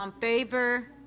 um favor.